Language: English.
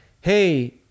hey